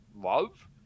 love